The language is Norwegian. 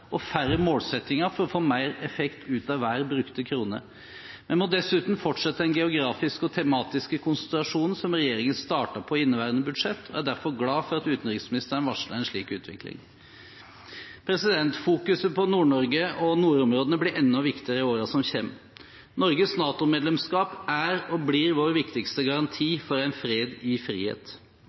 og færre målsettinger for å få mer effekt ut av hver krone brukt. Vi må dessuten fortsette en geografisk og tematisk konsentrasjon som regjeringen startet på i inneværende budsjett, og jeg er derfor glad for at utenriksministeren varsler en slik utvikling. Fokuseringen på Nord-Norge og nordområdene blir enda viktigere i årene som kommer. Norges NATO-medlemskap er og blir vår viktigste garanti for en fred i frihet.